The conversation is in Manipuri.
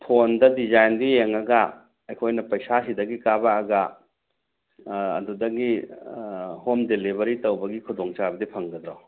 ꯐꯣꯟꯗ ꯗꯤꯖꯥꯏꯟꯗꯤ ꯌꯦꯡꯉꯒ ꯑꯩꯈꯣꯏꯅ ꯄꯩꯁꯥ ꯁꯤꯗꯒꯤ ꯀꯥꯞꯄꯛꯑꯒ ꯑꯗꯨꯗꯒꯤ ꯍꯣꯝ ꯗꯤꯂꯤꯕꯔꯤ ꯇꯧꯕꯒꯤ ꯈꯨꯗꯣꯡ ꯆꯥꯕꯗꯤ ꯐꯪꯒꯗ꯭ꯔꯣ